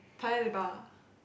Paya-Lebar